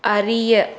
அறிய